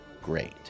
great